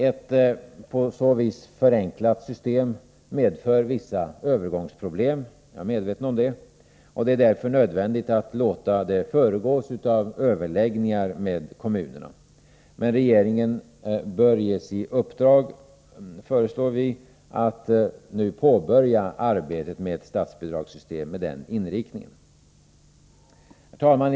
Ett på så vis förenklat system medför vissa övergångsproblem; det är jag medveten om. Det är därför nödvändigt att låta det föregås av överläggningar med kommunerna. Men regeringen bör ges i uppdrag, föreslår vi, att nu påbörja arbetet med ett statsbidragssystem med den inriktningen. Herr talman!